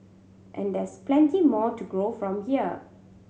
and there's plenty more to grow from here